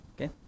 Okay